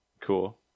Cool